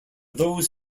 those